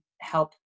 help